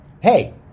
Hey